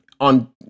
on